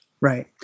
Right